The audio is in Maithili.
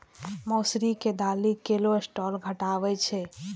मौसरी के दालि कोलेस्ट्रॉल घटाबै छै